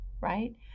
right